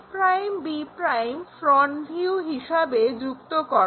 a'b' front view হিসেবে যুক্ত করো